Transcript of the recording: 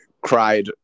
cried